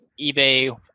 eBay